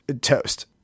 toast